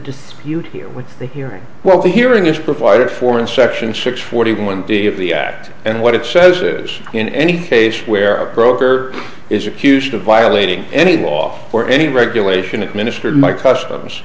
dispute here with the hearing well the hearing is provided for in section six forty one d of the act and what it says is in any case where a broker is accused of violating any law for any regulation it ministered my custom